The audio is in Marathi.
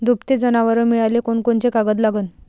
दुभते जनावरं मिळाले कोनकोनचे कागद लागन?